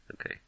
Okay